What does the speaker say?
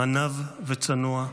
עניו וצנוע,